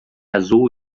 azul